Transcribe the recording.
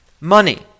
money